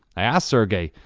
i asked sergey,